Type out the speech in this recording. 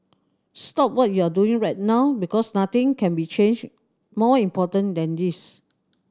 stop what you're doing right now because nothing can be changed more important than this